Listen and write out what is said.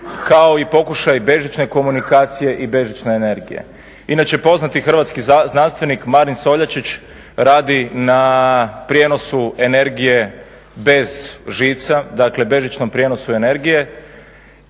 kao i pokušaj bežične komunikacije i bežične energije. Inače poznati hrvatski znanstvenik Marin Soljačić radi na prijenosu energije bez žica, dakle bežičnom prijenosu energije